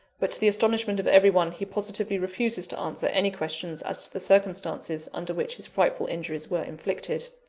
but, to the astonishment of every one, he positively refuses to answer any questions as to the circumstances under which his frightful injuries were inflicted.